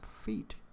feet